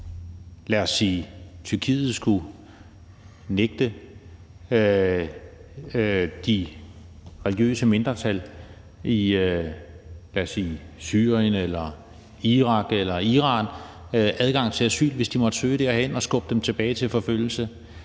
eller at Tyrkiet skulle nægte de religiøse mindretal i, lad os sige Syrien, Irak eller Iran adgang til asyl, hvis de måtte søge derhen, og skubbe dem tilbage til forfølgelse.